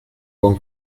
buon